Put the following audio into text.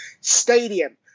Stadium